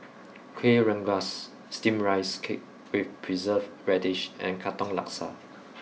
kuih rengas steamed rice cake with preserved radish and Katong Laksa